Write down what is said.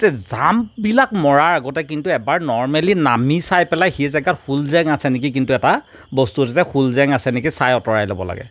যে জাম্পবিলাক মৰাৰ আগতে কিন্তু এবাৰ নৰমেলী নামি চাই পেলাই সেই জেগাত হুল জেং আছে নেকি কিন্তু এটা বস্তু হুল জেং আছে নেকি চাই অঁতৰাই ল'ব লাগে